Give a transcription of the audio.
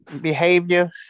Behavior